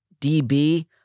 DB